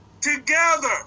together